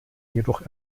jedoch